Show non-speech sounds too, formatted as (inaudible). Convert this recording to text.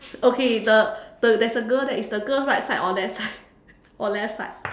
okay the the there is a girl there is the girl right side or left side (laughs) or left side